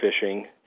fishing